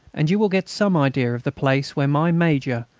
and you will get some idea of the place where my major,